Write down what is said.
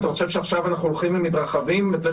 אבל אני חושב שהעקרונות שדיברתי עליהם כאן מאוד חשוב שיילקחו